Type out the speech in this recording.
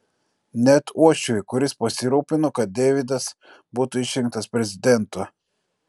net uošviui kuris pasirūpino kad deividas būtų išrinktas prezidentu